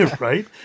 Right